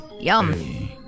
Yum